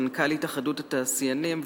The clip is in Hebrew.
מנכ"ל התאחדות התעשיינים,